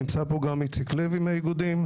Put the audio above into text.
נמצא פה גם איציק לוי מהאיגודים.